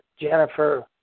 Jennifer